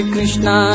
Krishna